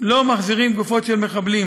לא מחזירים גופות של מחבלים.